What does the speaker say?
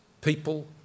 people